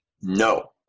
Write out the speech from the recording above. No